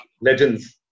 legends